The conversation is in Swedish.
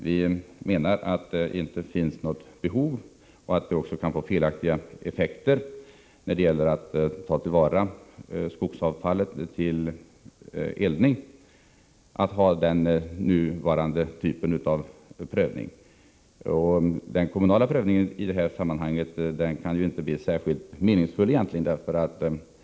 Vi menar att det inte finns något behov av den nuvarande typen av prövning och att den kan få felaktiga effekter när det gäller att ta till vara skogsavfallet för eldning. Den kommunala prövningen i detta sammanhang kan inte bli särskilt meningsfull.